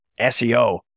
SEO